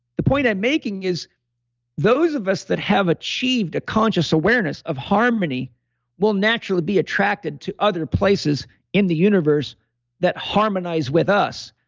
the point i'm making is those of us that have achieved a conscious awareness of harmony will naturally be attracted to other places in the universe that harmonize with us.